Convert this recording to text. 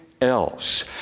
else